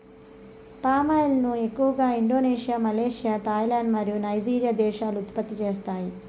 palm oil ను ఎక్కువగా Indonesia, Malaysia, Thailand మరియు నైజీరియా దేశాలు ఉత్పత్తి చేస్తాయి